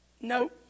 Nope